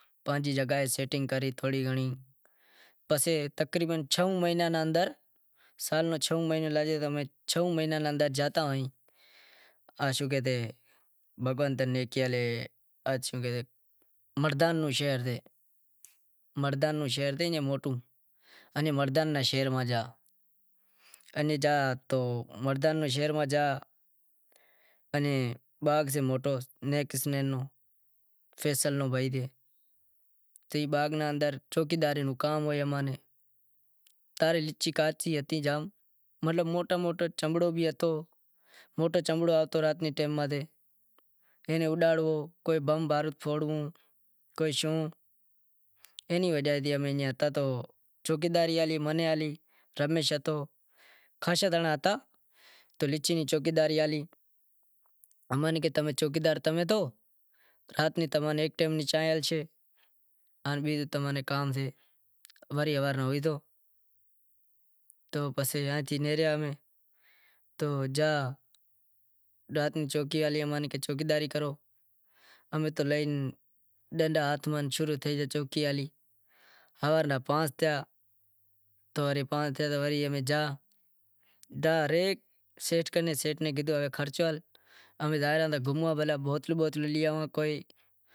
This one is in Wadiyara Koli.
پانجی جگا سیٹنگ کری تھوڑی گھنڑی پسے چھوں مہیناں رے اندر زاتا ہوئیں شوں کہیشیں بھگوان تیناں نیکی ڈے مردان روں شہر سے موٹو، تو مردان نی شہر میں زاں، تو باغ سے موٹو تو اینے باغ رے اندر چوکیدار روں کام ہوئے میں نے تارے جائوں مطلب موٹو موٹو چمڑو بھی ہتو رات رے ٹیم تے ائیے ناں اڈاڑو کوئی شوں، اینی وجہ تے امیں گیا ہتا خاشا جنڑا ہتا تو چوکیداری ہالی امیں کہے چوکیدار تمیں سو وڑی ہارے ناں ہوئی زائو پسے امیں نیکریا رات نو چوکیداری ہالی امیں تو ڈنڈا لئی شروع تھئی گیا ہوارے نا پانس تھیا ۔ سیٹھ نے کیدہو خرچو، امیں زائی ریا بوتلاں بوتلاں لیئاں۔